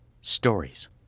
stories